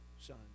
Son